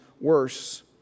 worse